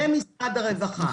במשרד הרווחה.